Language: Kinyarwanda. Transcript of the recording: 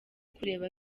kureba